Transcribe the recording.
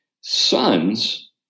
Sons